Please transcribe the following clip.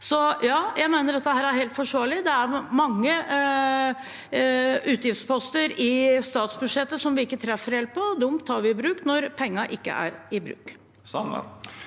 Så ja, jeg mener dette er helt forsvarlig. Det er mange utgiftsposter i statsbudsjettet som vi ikke treffer helt på, og dem tar vi i bruk når pengene ikke er i bruk.